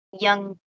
young